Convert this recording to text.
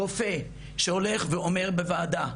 רופא שהולך ואומר בוועדה,